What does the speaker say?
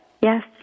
Yes